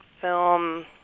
film